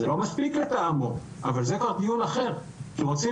זה לא מספיק לטעמו אבל זה כבר דיון אחר כי רוצים